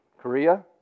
Korea